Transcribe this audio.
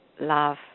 love